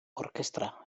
orkestra